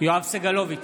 יואב סגלוביץ'